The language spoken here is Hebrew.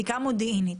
בדיקה מודיעינית